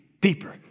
deeper